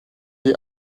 die